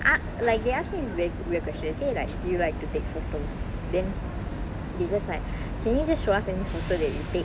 ah like they asked me questions say like do you like to take photos then they just like can you just show us any photos that you take